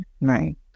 Right